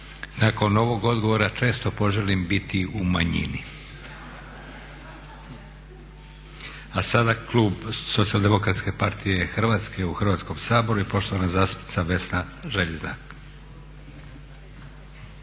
Nakon ovog odgovora često poželim biti u manjini. A sada klub Socijaldemokratske partije Hrvatske u Hrvatskom saboru i poštovana zastupnica Vesna Želježnjak.